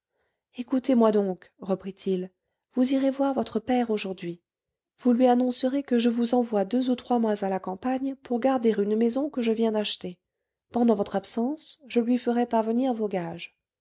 écoutez-moi donc reprit-il vous irez voir votre père aujourd'hui vous lui annoncerez que je vous envoie deux ou trois mois à la campagne pour garder une maison que je viens d'acheter pendant votre absence je lui ferai parvenir vos gages